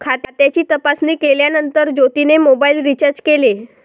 खात्याची तपासणी केल्यानंतर ज्योतीने मोबाइल रीचार्ज केले